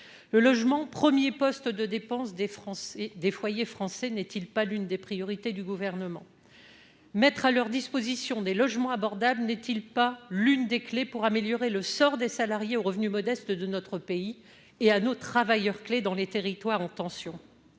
le logement 1er poste de dépenses des Français, des foyers français n'est-il pas l'une des priorités du gouvernement, mettre à leur disposition des logements abordables n'est-il pas l'une des clés pour améliorer le sort des salariés aux revenus modestes de notre pays et à nos travailleurs clés dans les territoires en tension à